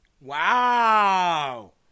Wow